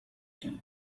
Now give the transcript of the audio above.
than